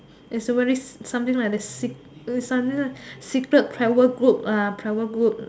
is very something like the seek something like secret private group ah private group